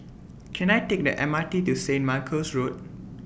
Can I Take The M R T to Saint Michael's Road